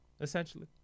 essentially